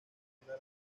banda